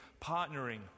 partnering